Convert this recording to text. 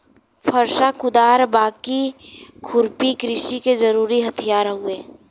फरसा, कुदार, बाकी, खुरपी कृषि के जरुरी हथियार हउवे